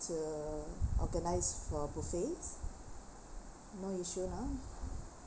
to organise for buffets no issue now